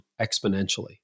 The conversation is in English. exponentially